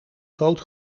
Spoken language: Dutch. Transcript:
groot